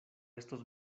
estos